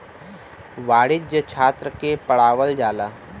वाणिज्य छात्र के पढ़ावल जाला